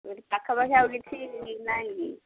ଏଇଠି ପାଖପାଖି ଆଉ କିଛି ନାହିଁ କି